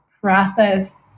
process